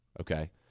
Okay